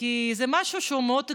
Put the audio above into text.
זה משהו שהוא מאוד עקרוני.